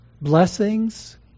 blessings